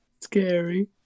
Scary